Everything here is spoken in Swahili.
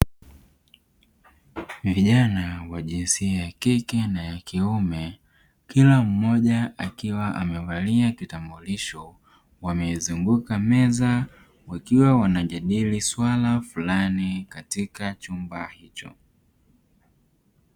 Vijana wa jinsia ya kike na ya kiume kila mmoja akiwa amevalia kitambulisho wameizunguka meza wakiwa wanajadili suala fulani katika chumba hicho.